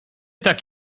tak